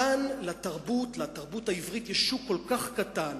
כאן, לתרבות, לתרבות העברית יש שוק כל כך קטן,